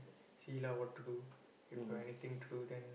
see lah what to do if got anything to do then